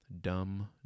dumb